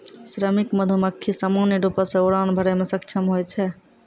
श्रमिक मधुमक्खी सामान्य रूपो सें उड़ान भरै म सक्षम होय छै